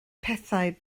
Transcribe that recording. pethau